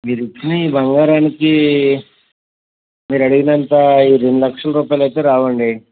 మీరు ఇచ్చిన ఈ బంగారానికి మీరు అడిగినంత రెండు లక్షలు రూపాయలు అయితే రావు అండి